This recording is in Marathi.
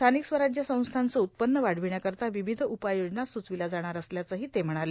स्थानिक स्वराज्य संस्थांचं उत्पन्न वाढविण्याकरिता विविध उपाययोजना सुचवल्या जाणार असल्याचंही ते म्हणाले